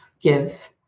give